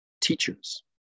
teachers